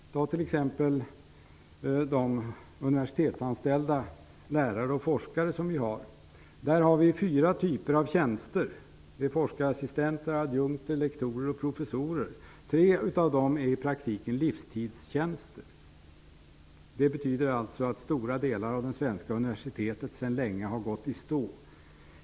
När det t.ex. gäller de universitetsanställda lärarna och forskarna finns det fyra typer av tjänster: forskarassistenter, adjunkter, lektorer och professorer. Tre av dessa är i praktiken livstidstjänster. Det betyder alltså att stora delar av det svenska universitetet sedan länge har gått i stå.